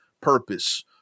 purpose